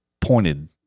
pointed